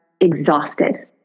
exhausted